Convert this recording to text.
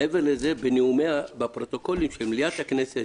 מעבר לזה, בפרוטוקולים של מליאת הכנסת